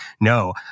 no